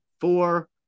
four